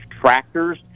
tractors